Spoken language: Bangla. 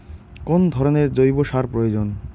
কোন ধরণের জৈব সার প্রয়োজন?